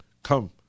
Come